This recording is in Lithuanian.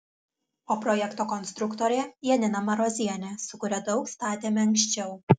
o projekto konstruktorė janina marozienė su kuria daug statėme anksčiau